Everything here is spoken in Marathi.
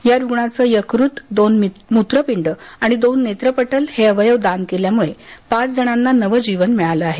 या रुग्णाचे यकृत दोन मूत्रपिन्ड आणि दोन नेत्रपटल हे अवयवदान केल्यामुळे पाच जणांना नवजीवन मिळालं आहे